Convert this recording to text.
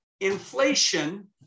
Inflation